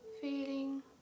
feeling